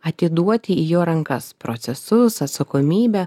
atiduoti į jo rankas procesus atsakomybę